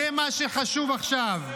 זה מה שחשוב עכשיו.